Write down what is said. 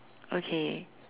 okay